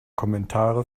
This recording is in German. kommentare